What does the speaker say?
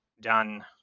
done